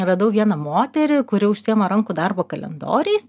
radau vieną moterį kuri užsiima rankų darbo kalendoriais